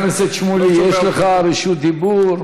חבר הכנסת שמולי, יש לך רשות דיבור.